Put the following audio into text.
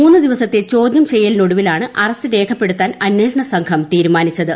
മൂന്നു ദിവസത്തെ ചോദ്യം ചെയ്യലിനൊടുവിലാണ് അറസ്റ്റ് രേഖപ്പെടുത്താൻ അന്വേഷണ സംഘം തീരുമാനിച്ചത്